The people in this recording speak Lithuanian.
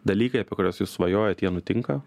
dalykai apie kuriuos jūs svajojat jie nutinka